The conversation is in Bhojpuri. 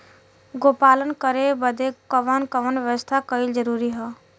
गोपालन करे बदे कवन कवन व्यवस्था कइल जरूरी ह?